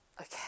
Okay